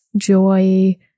joy